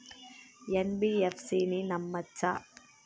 NBFC ని నమ్మచ్చా?